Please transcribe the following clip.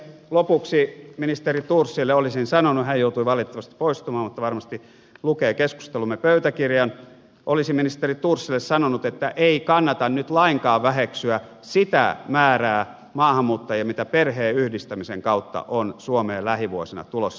lopuksi ministeri thorsille olisin sanonut hän joutui valitettavasti poistumaan mutta varmasti lukee keskustelumme pöytäkirjan että ei kannata nyt lainkaan väheksyä sitä määrää maahanmuuttajia mitä perheenyhdistämisen kautta on suomeen lähivuosina tulossa